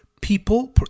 People